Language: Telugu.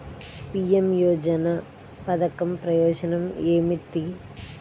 పీ.ఎం యోజన పధకం ప్రయోజనం ఏమితి?